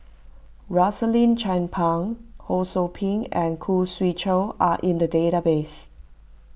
Rosaline Chan Pang Ho Sou Ping and Khoo Swee Chiow are in the database